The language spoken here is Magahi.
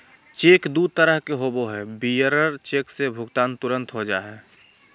चेक दू तरह के होबो हइ, बियरर चेक से भुगतान तुरंत हो जा हइ